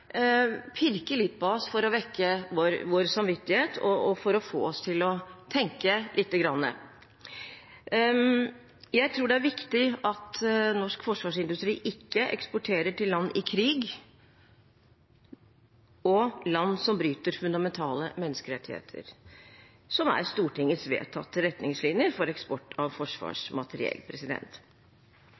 pirker litt på oss for å vekke vår samvittighet og for å få oss til å tenke lite grann. Jeg tror det er viktig at norsk forsvarsindustri ikke eksporterer til land i krig og land som bryter fundamentale menneskerettigheter, som er Stortingets vedtatte retningslinjer for eksport av forsvarsmateriell.